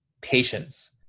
patience